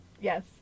Yes